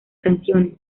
canciones